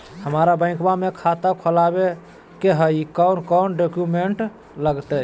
हमरा बैंकवा मे खाता खोलाबे के हई कौन कौन डॉक्यूमेंटवा लगती?